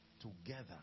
together